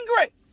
angry